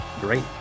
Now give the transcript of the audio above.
great